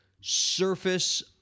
surface